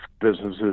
businesses